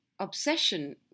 obsession